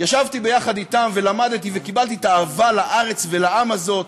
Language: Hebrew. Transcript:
ישבתי יחד אתם ולמדתי וקיבלתי את האהבה לארץ ולעם הזה,